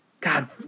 God